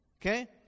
Okay